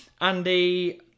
Andy